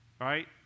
right